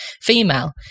female